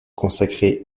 consacré